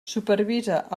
supervisa